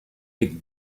big